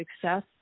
success